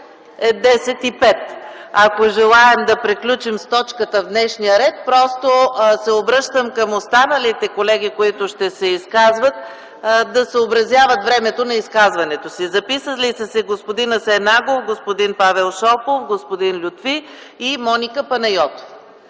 10,05 ч. Ако желаем да приключим с точката днес, обръщам се към останалите колеги, които ще се изказват, да съобразяват времето на изказването си. Записали са се господин Асен Агов, господин Павел Шопов, господин Юнал Лютфи и Моника Панайотова.